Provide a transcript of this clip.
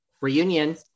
Reunion